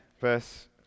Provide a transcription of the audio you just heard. verse